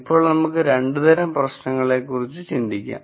ഇപ്പോൾ നമുക്ക് രണ്ട് തരം പ്രശ്നങ്ങളെക്കുറിച്ച് ചിന്തിക്കാം